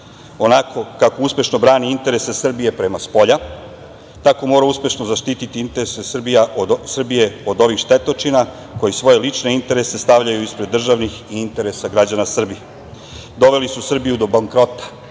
onako kako uspešno brani interese Srbije prema spolja, tako mora uspešno zaštiti interese Srbije od ovih štetočina koji svoje lične interese stavljaju ispred državnih i interesa građana Srbije. Doveli su Srbiju do bankrota